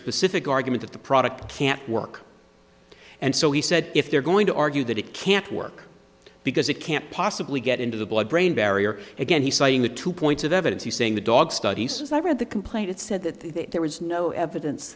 specific argument the product can't work and so he said if they're going to argue that it can't work because it can't possibly get into the blood brain barrier again he citing the two points of evidence he's saying the dog study says i read the complaint it said that there was no evidence